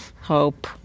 hope